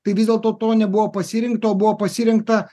tai vis dėlto to nebuvo pasirinkta o buvo pasirinkta